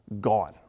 gone